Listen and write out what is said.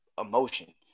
emotion